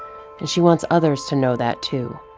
and she wants others to know that, too.